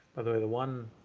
by the way, the one,